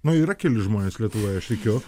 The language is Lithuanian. nu yra keli žmonės lietuvoje aš tikiu